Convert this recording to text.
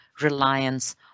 reliance